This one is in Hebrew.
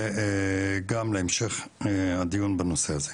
וגם להמשך הדיון בנושא הזה.